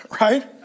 right